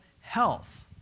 health